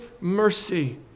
mercy